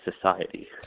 society